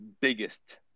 biggest